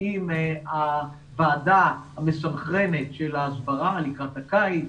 עם הוועדה המסנכרנת של ההסברה לקראת הקיץ,